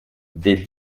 des